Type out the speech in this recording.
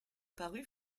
paru